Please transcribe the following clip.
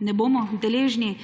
ne bomo deležni –